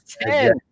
ten